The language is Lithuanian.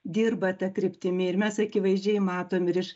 dirba ta kryptimi ir mes akivaizdžiai matom ir iš